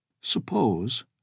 Suppose